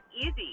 easy